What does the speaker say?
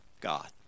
God